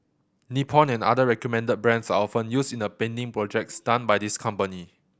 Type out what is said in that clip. Nippon and other recommended brands are often used in the painting projects done by this company